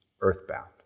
earthbound